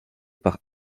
par